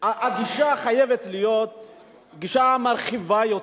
הגישה חייבת להיות גישה מרחיבה יותר,